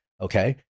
Okay